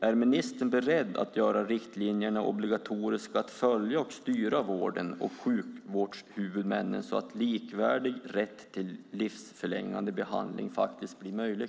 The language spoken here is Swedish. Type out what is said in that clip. Är ministern beredd att göra riktlinjerna obligatoriska att följa och att styra vården och sjukvårdshuvudmännen så att likvärdig rätt till livsförlängande behandling faktiskt blir möjlig?